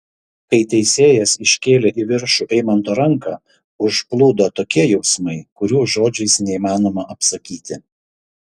kai teisėjas iškėlė į viršų eimanto ranką užplūdo tokie jausmai kurių žodžiais neįmanoma apsakyti